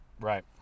Right